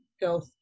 go